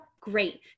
great